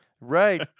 right